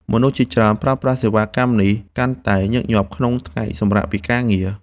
មនុស្សជាច្រើនប្រើប្រាស់សេវាកម្មនេះកាន់តែញឹកញាប់ក្នុងថ្ងៃសម្រាកពីការងារ។